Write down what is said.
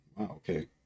Okay